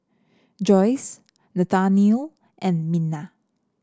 Joyce Nathanael and Minna